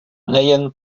nejen